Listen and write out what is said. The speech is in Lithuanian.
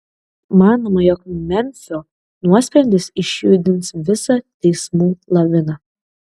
manoma jog memfio nuosprendis išjudins visą teismų laviną